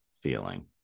feeling